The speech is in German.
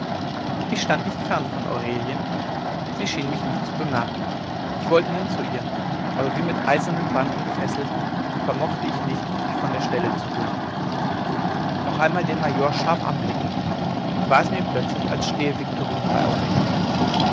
ich stand nicht fern von aurelien sie schien mich nicht zu bemerken ich wollte hin zu ihr aber wie mit eisernen banden gefesselt vermochte ich nicht mich von der stelle zu rühren noch einmal den major scharf anblickend war es mir plötzlich als stehe viktorin bei aurelien